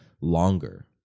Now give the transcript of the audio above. longer